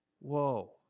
Whoa